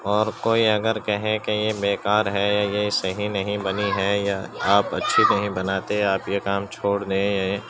اور کوئی اگر کہے کہ یہ بےکار ہے یہ صحیح نہیں بنی ہے یا آپ اچھی نہیں بناتے آپ یہ کام چھوڑ دیں یا یہ